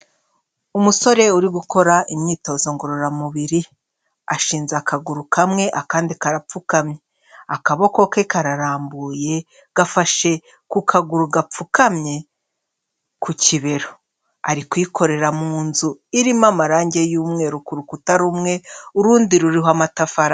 Umusore uri gukora imyitozo ngororamubiri, ashinze akaguru kamwe, akandi karapfukamye, akaboko ke kararambuye, gafashe ku kaguru gapfukamye ku kibero, ari kuyikorera mu nzu irimo amarangi y'umweru ku rukuta rumwe, urundi ruriho amatafari.